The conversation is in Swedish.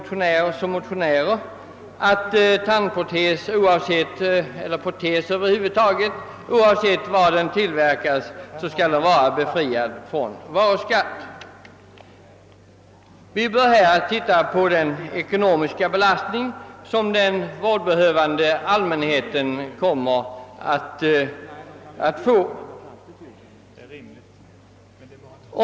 Vi motionärer anser att protes över huvud taget, oavsett var den tillverkas, skall vara befriad från varuskatt, inte minst med tanke på den ekonomiska belastning som den vårdbehövande allmänheten utsättes för.